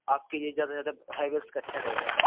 आपके लिए ज़्यादा से ज़्यादा मतलब हेवेल्स का अच्छा रहेगा